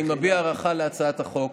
אני מביע הערכה להצעת החוק,